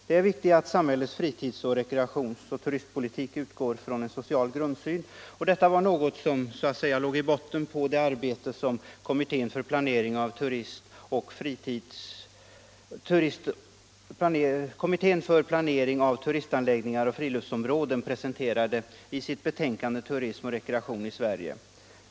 Det är viktigt att samhällets fritids-, rekreations och turistpolitik utgår från en social grundsyn — och detta var något som så att säga låg i botten på det arbete som kommittén för planering av turistanläggningar och friluftsområden redovisade i sitt betänkande Turism och rekreation i Sverige.